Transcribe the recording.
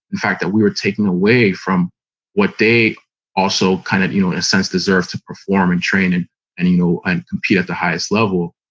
in fact, that we were taking away from what they also kind of, you know, in a sense, deserve to perform in training and, you know, and compete at the highest level.